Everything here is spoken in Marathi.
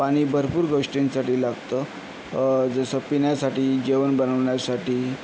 पाणी भरपूर गोष्टींसाठी लागतं जसं पिण्यासाठी जेवण बनवण्यासाठी